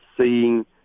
seeing